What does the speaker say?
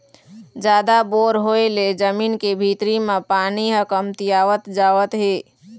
जादा बोर होय ले जमीन के भीतरी म पानी ह कमतियावत जावत हे